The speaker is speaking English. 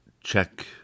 check